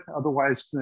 Otherwise